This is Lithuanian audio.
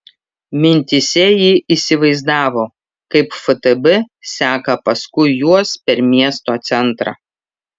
mintyse ji įsivaizdavo kaip ftb seka paskui juos per miesto centrą